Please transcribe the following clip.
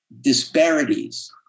disparities